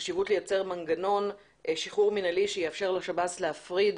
החשיבות לייצר מנגנון שחרור מנהלי שיאפשר לשב"ס להפריד